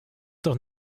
doch